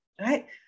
right